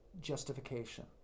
justification